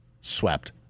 swept